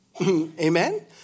Amen